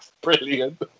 brilliant